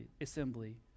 assembly